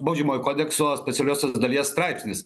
baudžiamojo kodekso specialiosios dalies straipsnis